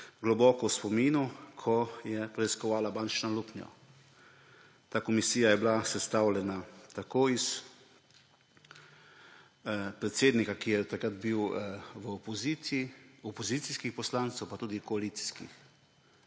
ena komisija, ki je preiskovala bančno luknjo. Ta komisija je bila sestavljena tako iz predsednika, ki je takrat bil v opoziciji, opozicijskih poslancev pa tudi koalicijskih.